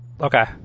Okay